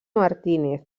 martínez